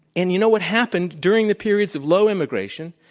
and you know what happened during the periods of low immigration?